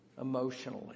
emotionally